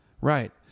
Right